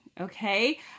Okay